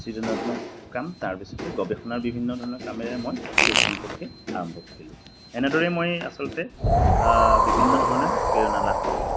সৃজনাত্মক কাম তাৰপিছতে গৱেষণাৰ বিভিন্ন ধৰণৰ কামেৰে মই লিখন প্ৰক্ৰিয়া আৰম্ভ কৰিলোঁ এনেদৰেই মই আচলতে বিভিন্ন ধৰণে প্ৰেৰণা লাভ কৰিলোঁ